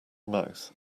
mouth